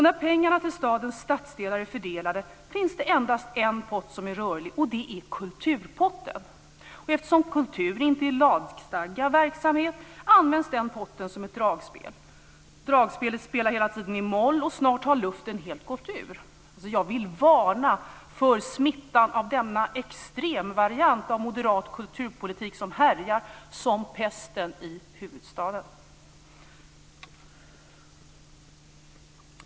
När pengarna till stadens stadsdelar är fördelade finns det endast en pott som är rörlig, och det är kulturpotten. Eftersom kultur inte är lagstadgad verksamhet används den potten som ett dragspel. Dragspelet spelar hela tiden i moll, och snart har luften helt gått ur. Jag vill varna för smittan av denna extremvariant av moderat kulturpolitik som härjar som pesten i huvudstaden.